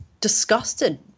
disgusted